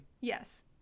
Yes